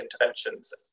interventions